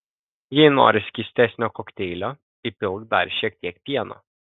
jei nori skystesnio kokteilio įpilk dar šiek tiek pieno